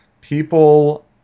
people